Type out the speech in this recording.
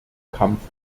kampf